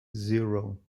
zero